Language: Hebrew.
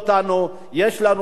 יש לנו מה לומר,